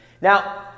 Now